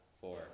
four